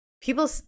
people